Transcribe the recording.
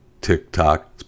TikTok